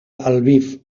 lviv